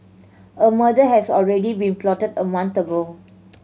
a murder has already been plotted a month ago